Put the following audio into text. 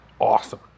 awesome